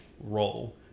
role